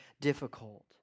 difficult